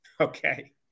Okay